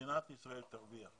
מדינת ישראל תרוויח.